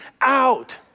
out